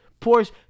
Porsche